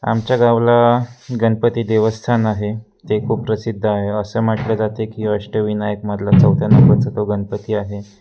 आमच्या गावाला गणपती देवस्थान आहे ते खूप प्रसिद्ध आहे असं म्हटलं जाते की अष्टविनायकमधला चौथ्या नंबरचा तो गणपती आहे